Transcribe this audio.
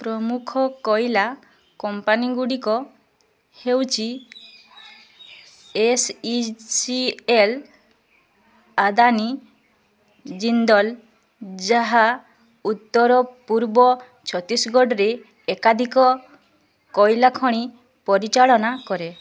ପ୍ରମୁଖ କୋଇଲା କମ୍ପାନୀଗୁଡ଼ିକ ହେଉଛି S E C L Adani Jindal ଯାହା ଉତ୍ତର ପୂର୍ବ ଛତିଶଗଡ଼ରେ ଏକାଧିକ କୋଇଲା ଖଣି ପରିଚାଳନା କରେ